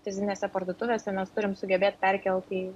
fizinėse parduotuvėse mes turim sugebėt perkelt į